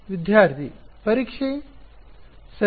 ವಿದ್ಯಾರ್ಥಿ ಪರೀಕ್ಷೆ ಸರಿ